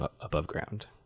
above-ground